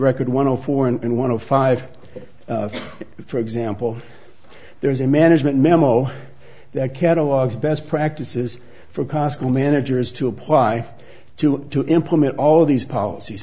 record one o four and one of five for example there is a management memo that catalogs best practices for costco managers to apply to to implement all of these policies